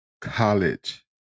college